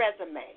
resume